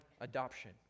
adoption